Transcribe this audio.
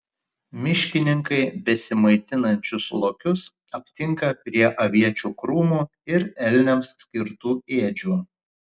miškininkai besimaitinančius lokius aptinka prie aviečių krūmų ir elniams skirtų ėdžių